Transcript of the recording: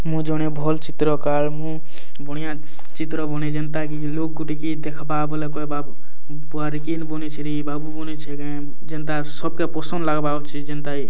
ମୁଁ ଜଣେ ଭଲ୍ ଚିତ୍ରକାର୍ ମୁଁ ବଢ଼ିଆଁ ଚିତ୍ର ବୁଣେ ଯେନ୍ତା କି ଲୋକ୍ ଗୁଟେ କିଏ ଦେଖ୍ବା ବେଲେ କହେବା ବୁଆ'ରେ କେନ୍ ବନେଇଛେ ରେ ବାବୁ ବନେଇଛେ କେଁ ଯେନ୍ତା ସବ୍କେ ପସନ୍ଦ୍ ଲାଗ୍ବା ଅଛେ ଯେନ୍ତା କି